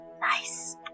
Nice